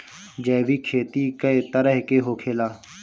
जैविक खेती कए तरह के होखेला?